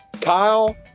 Kyle